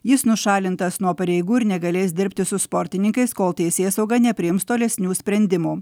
jis nušalintas nuo pareigų ir negalės dirbti su sportininkais kol teisėsauga nepriims tolesnių sprendimų